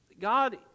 God